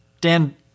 Dan